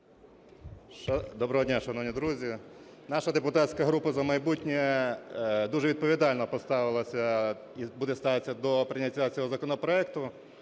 Доброго дня, шановні друзі! Наша депутатська група "За майбутнє" дуже відповідально поставилася і буде ставитися до прийняття цього законопроекту,